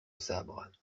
sabres